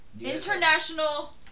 International